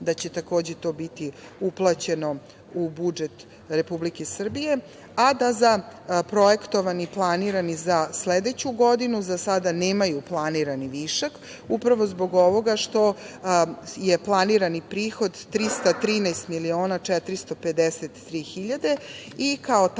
da će to takođe biti uplaćeno u budžet Republike Srbije, a da za projektovani i planirani za sledeću godinu za sada nemaju planirani višak, upravo zbog ovoga što je planirani prihod 313.453.000 i kao takav